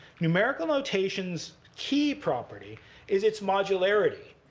numerical notation's key property is its modularity,